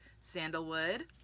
sandalwood